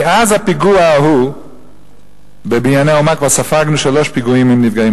מאז הפיגוע ההוא ב"בנייני האומה" כבר ספגנו שלושה פיגועים עם נפגעים,